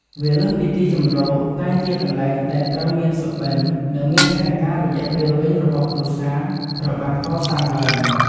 វាលើសពីទីជម្រក តែជាកន្លែងដែលត្រូវមានសុបិន និងមានផែនការរយៈពេលវែងរបស់គ្រួសារ ត្រូវបានកសាងឡើង។